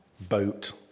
boat